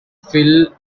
phil